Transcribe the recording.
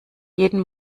jeden